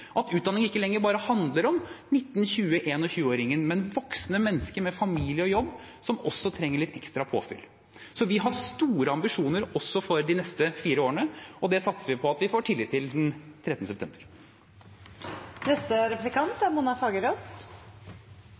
at utdanninger ikke lenger bare handler om 19-, 20- og 21-åringen, men om voksne mennesker med familie og jobb som også trenger litt ekstra påfyll. Vi har store ambisjoner også for de neste fire årene, og det satser vi på at vi får tillit til den